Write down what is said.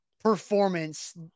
performance